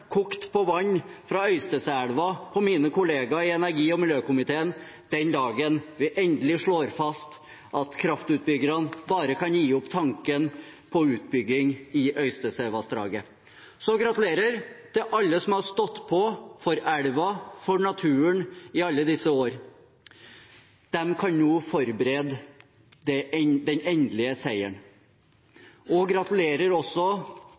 kokt på vann fra Øysteseelva, på mine kollegaer i energi- og miljøkomiteen den dagen vi endelig slår fast at kraftutbyggerne bare kan gi opp tanken på utbygging i Øystesevassdraget. – Så gratulerer til alle som har stått på for elva, for naturen i alle disse årene. De kan nå forberede den endelige seieren. Og gratulerer også